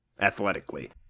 athletically